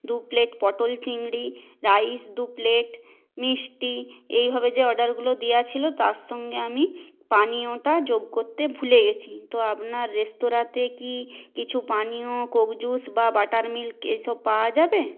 দু প্লেট পটল চিংড়ি রাইস দু প্লেট মিষ্টি এইভাবে যে অর্ডারগুলো দেওয়া ছিলো তার সঙ্গে আমি পানীয়টা যোগ করতে ভুলে গেছি তো আপনার রেস্তোরাঁতে কি কিছু পানীয় কোক জুস বা বাটার মিল্ক এইসব পাওয়া যাবে